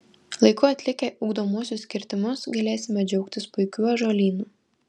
laiku atlikę ugdomuosius kirtimus galėsime džiaugtis puikiu ąžuolynu